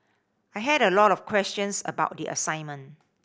I had a lot of questions about the assignment